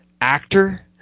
actor